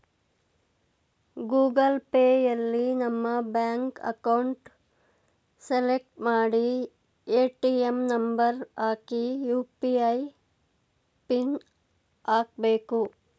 Google ಪೇಯಲ್ಲಿ ನಮ್ಮ bank account select ಮಾಡಿ ಎ.ಟಿ.ಎಂ ನಂಬರ್ ಹಾಕಿ ಯು.ಪಿ.ಐ ಪಿನ್ ಹಾಕ್ಬೇಕು